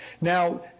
Now